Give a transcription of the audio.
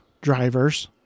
drivers